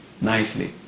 nicely